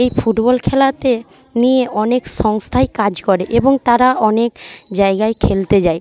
এই ফুটবল খেলাতে নিয়ে অনেক সংস্থাই কাজ করে এবং তারা অনেক জায়গায় খেলতে যায়